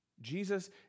Jesus